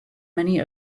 many